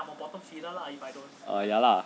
err ya lah